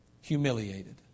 Humiliated